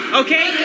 okay